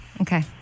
Okay